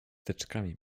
teczkami